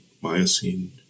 Miocene